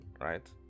right